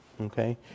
Okay